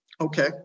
Okay